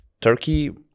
Turkey